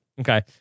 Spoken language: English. Okay